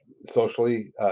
socially